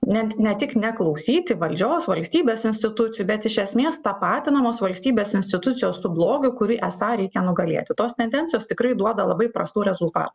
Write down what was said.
net ne tik neklausyti valdžios valstybės institucijų bet iš esmės tapatinamos valstybės institucijos su blogiu kurį esą reikia nugalėti tos tendencijos tikrai duoda labai prastų rezultat